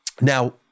Now